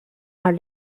are